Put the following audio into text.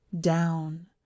Down